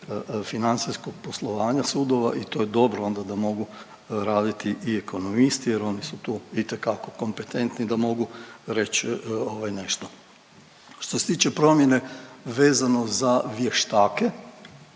financijskog poslovanja sudova i to je dobro onda da mogu raditi i ekonomisti jer oni su tu itekako kompetentni da mogu reć nešto. Što se tiče promjene vezano za vještake,